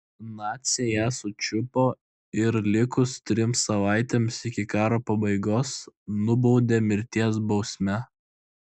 naciai ją sučiupo ir likus trims savaitėms iki karo pabaigos nubaudė mirties bausme